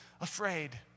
afraid